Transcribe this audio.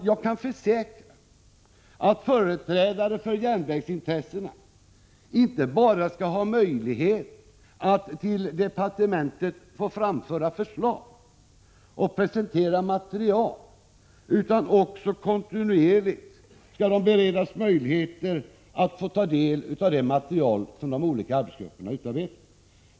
Jag kan försäkra att företrädare för järnvägsintressena inte bara skall ha möjligheten att till departementet få framföra förslag och presentera material utan också kontinuerligt skall få del av det material som 7n de olika arbetsgrupperna utarbetar.